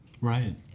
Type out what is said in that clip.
Right